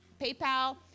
PayPal